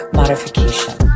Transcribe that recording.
modification